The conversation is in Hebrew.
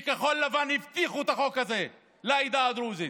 וכחול לבן הבטיחו את החוק הזה לעדה הדרוזית.